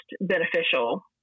beneficial